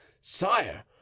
sire